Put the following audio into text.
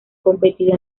competido